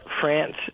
France